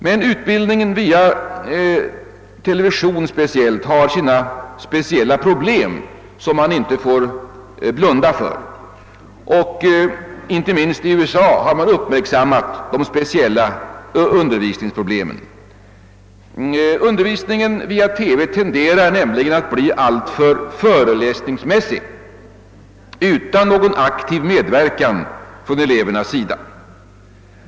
Men utbildningen via televisionen har sina speciella problem, som man inte får blunda för. Inte minst i USA har man uppmärksammat de speciella utbildningsprogrammen. Undervisningen via TV tenderar nämligen att bli alltför föreläsningsmässig, utan någon aktiv medverkan från elevernas sida.